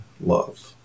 love